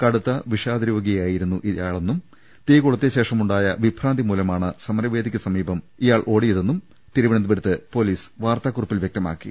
കടുത്ത വിഷാദരോഗിയായിരുന്നു ഇയാളെന്നും തീ കൊളു ത്തിയ ശേഷമുണ്ടായ വിഭ്രാന്തി മൂലമാണ് സമരവേദിക്ക് സമീപത്തേക്ക് ഇയാൾ ഓടിയതെന്നും തിരുവനന്തപുരത്ത് പൊലീസ് വാർത്താ കുറിപ്പിൽ വ്യക്തമാക്കി